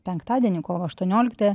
penktadienį kovo aštuonioliktąją